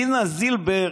דינה זילבר,